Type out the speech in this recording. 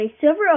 Silver